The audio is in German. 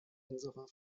unserer